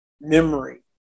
memory